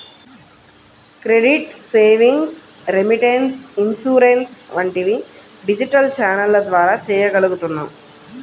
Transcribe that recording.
credit, savings, remittance, insurance వంటివి digital ఛానెల్ల ద్వారా చెయ్యగలుగుతున్నాం